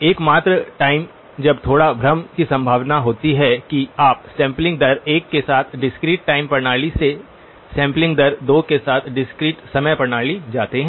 एकमात्र टाइम जब थोड़ा भ्रम की संभावना होती है कि आप सैंपलिंग दर 1 के साथ डिस्क्रीट टाइम प्रणाली से सैंपलिंग दर 2 के साथ डिस्क्रीट समय प्रणाली जाते हैं